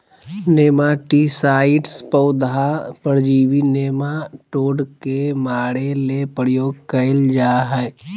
nematicides पौधा परजीवी nematode के मारे ले प्रयोग कयल जा हइ